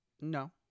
No